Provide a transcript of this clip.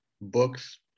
books